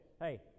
Hey